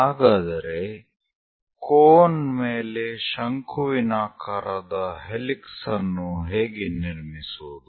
ಹಾಗಾದರೆ ಕೋನ್ ಮೇಲೆ ಶಂಕುವಿನಾಕಾರದ ಹೆಲಿಕ್ಸ್ ಅನ್ನು ಹೇಗೆ ನಿರ್ಮಿಸುವುದು